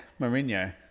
Mourinho